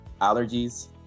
allergies